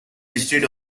listed